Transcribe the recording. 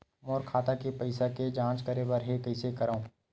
मोर खाता के पईसा के जांच करे बर हे, कइसे करंव?